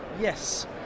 yes